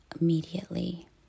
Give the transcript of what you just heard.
immediately